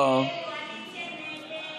ולפעמים יש חברים אני לא אגיד מיהם,